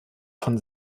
von